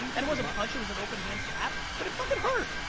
and it wasn't punched, it was an open hand slap but it fucking hurt.